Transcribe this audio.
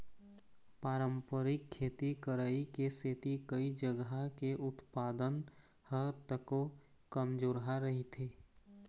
पारंपरिक खेती करई के सेती कइ जघा के उत्पादन ह तको कमजोरहा रहिथे